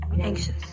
anxious